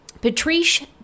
Patrice